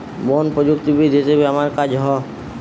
বন প্রযুক্তিবিদ হিসাবে আমার কাজ হ